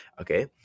okay